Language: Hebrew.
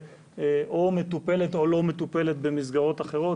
או מטופלת או לא מטופלת במסגרות אחרות.